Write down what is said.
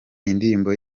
indirimbo